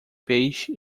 peixe